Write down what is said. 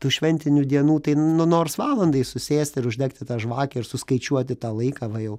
tų šventinių dienų tai nu nors valandai susėsti ir uždegti tą žvakę ir suskaičiuoti tą laiką va jau